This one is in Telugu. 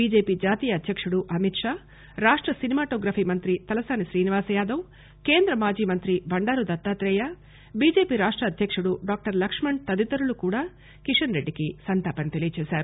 బిజెపి జాతీయ అధ్యక్షుడు అమిత్షా రాష్ట సినిమాటోగ్రఫీ మంత్రి తలసాని శ్రీనివాసయాదవ్ కేంద్ర మాజీ మంత్రి బండారు దత్తాత్రేయ బిజెపి రాష్ట అధ్యకుడు డాక్షర్ లక్ష్మణ్ తదితరులు కూడా కిషన్రెడ్డికి సంతాపం తెలియజేశారు